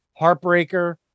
Heartbreaker